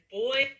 boy